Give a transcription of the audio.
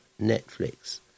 Netflix